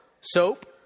soap